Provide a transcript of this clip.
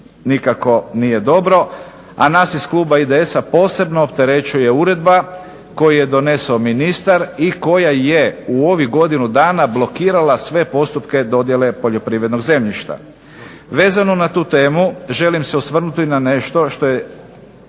nikako nije dobro. A nas iz kluba IDS-a posebno opterećuje uredba koju je donesao ministar i koja je u ovih godinu dana blokirala sve postupke dodjele poljoprivrednog zemljišta. Vezano na tu temu želim se osvrnuti na nešto što je